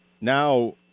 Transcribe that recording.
Now